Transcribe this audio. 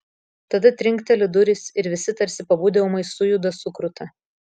tada trinkteli durys ir visi tarsi pabudę ūmai sujuda sukruta